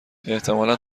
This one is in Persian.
احتمالا